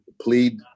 plead